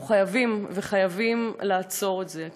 אנחנו חייבים, חייבים לעצור את זה.